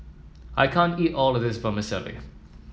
I can't eat all of this Vermicelli